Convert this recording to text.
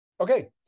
Okay